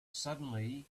suddenly